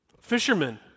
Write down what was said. fishermen